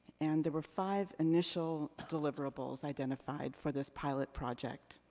and there were five initial deliverables identified for this pilot project.